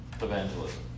evangelism